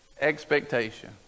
expectation